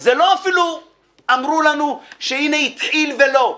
זה לא שאמרו לנו שהנה התחיל ולא.